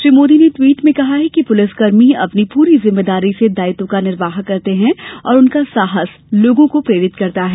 श्री मोदी ने ट्वीट में कहा कि पुलिसकर्मी अपनी पूरी जिम्मेदारी से दायित्व का निर्वाह करते हैं और उनका साहस लोगों को प्रेरित करता है